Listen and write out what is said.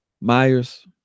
Myers